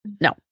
No